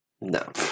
No